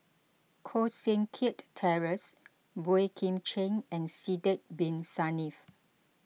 Koh Seng Kiat Terence Boey Kim Cheng and Sidek Bin Saniff